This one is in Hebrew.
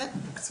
כן.